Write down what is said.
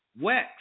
WEX